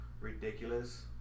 ridiculous